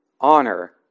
Honor